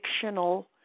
fictional